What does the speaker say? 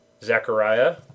Zechariah